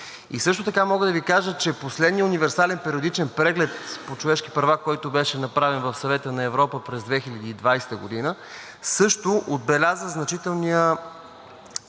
И също така мога да Ви кажа, че последният универсален периодичен преглед по човешки права, който беше направен в Съвета на Европа през 2020 г., също отбеляза значителния